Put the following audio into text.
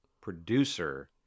producer